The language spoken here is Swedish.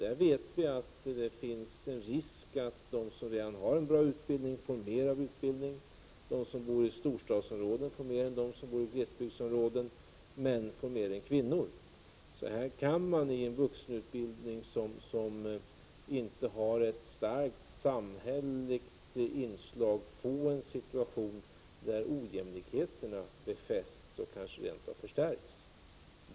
Vi vet att det finns en risk för att de som redan har god utbildning får mer av utbildning, att de som bor i storstadsområden får mer än de som bor i glesbygdsområden och att män får mer än kvinnor. Här kan man i en vuxenutbildning som inte har ett starkt samhälleligt inslag få en situation där ojämlikheterna befästs och kanske rent av förstärks.